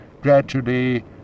gradually